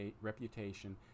reputation